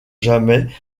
jamais